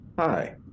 Hi